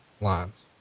lines